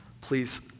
please